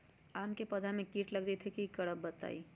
आम क पौधा म कीट लग जई त की करब बताई?